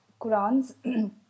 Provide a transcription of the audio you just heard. Qurans